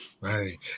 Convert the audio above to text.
Right